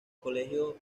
colegio